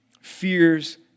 fears